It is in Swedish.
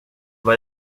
vad